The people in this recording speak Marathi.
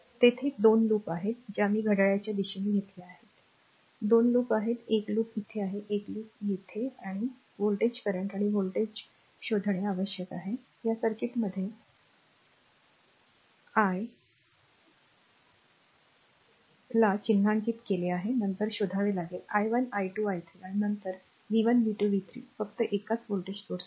आणि तेथे 2 लूप आहेत ज्या मी घड्याळाच्या दिशेने घेतल्या आहेत घेऊ शकतो 2 लूप आहेत एक लूप इथे आहे एक लूप येथे आहे आणि r व्होल्टेज current आणि व्होल्टेज शोधणे आवश्यक आहे या सर्किटमध्ये ight ला चिन्हांकित केले आहे नंतर शोधावे लागेल i 1 i2 i 3 आणि नंतर v 1 v 2 v 3 फक्त एकच व्होल्टेज स्त्रोत आहे